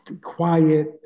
quiet